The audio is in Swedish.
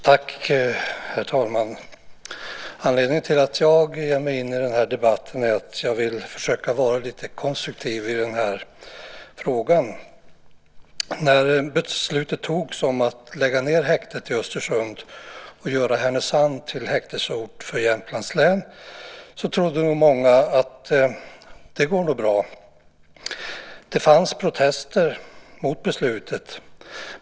Herr talman! Anledningen till att jag ger mig in i den här debatten är att jag vill försöka vara lite konstruktiv i frågan. När beslutet togs om att lägga ned häktet i Östersund och göra Härnösand till häktesort för Jämtlands län trodde många att det skulle gå bra. Det fanns protester mot beslutet.